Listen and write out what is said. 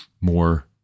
more